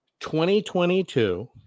2022